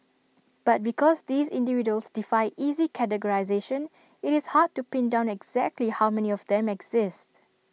but because these individuals defy easy categorisation IT is hard to pin down exactly how many of them exist